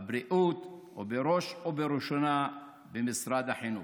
בבריאות ובראש וראשונה במשרד החינוך.